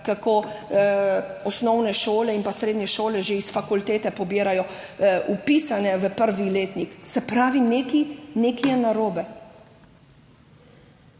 kako osnovne šole in pa srednje šole že iz fakultete pobirajo vpisane v prvi letnik. Se pravi, nekaj je narobe.